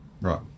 Right